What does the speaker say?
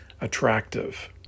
attractive